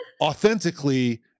authentically